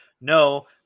no